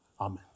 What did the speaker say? amen